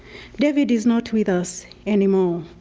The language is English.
david is not with us anymore.